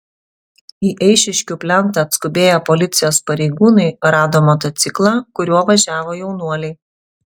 į eišiškių plentą atskubėję policijos pareigūnai rado motociklą kuriuo važiavo jaunuoliai